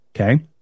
Okay